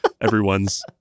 Everyone's